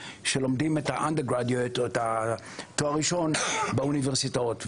שלומדים את התואר הראשון באוניברסיטאות.